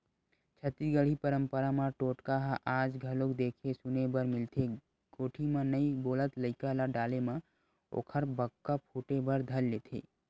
छत्तीसगढ़ी पंरपरा म टोटका ह आज घलोक देखे सुने बर मिलथे कोठी म नइ बोलत लइका ल डाले म ओखर बक्का फूटे बर धर लेथे